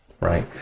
right